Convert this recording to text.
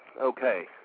Okay